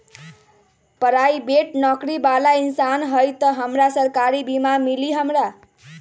Private नौकरी बाला इंसान हई त हमरा सरकारी बीमा मिली हमरा?